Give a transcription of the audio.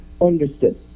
Understood